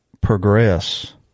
progress